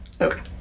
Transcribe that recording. Okay